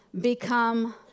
become